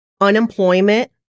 unemployment